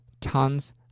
tons